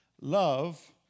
love